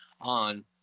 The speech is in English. on